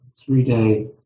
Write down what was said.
three-day